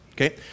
Okay